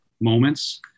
moments